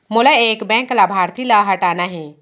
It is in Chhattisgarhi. मोला एक बैंक लाभार्थी ल हटाना हे?